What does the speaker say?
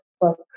book